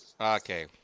Okay